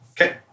Okay